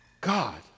God